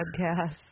podcast